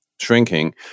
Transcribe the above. Shrinking